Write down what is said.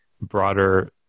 broader